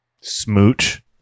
smooch